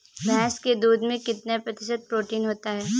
भैंस के दूध में कितना प्रतिशत प्रोटीन होता है?